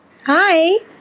Hi